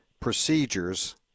procedures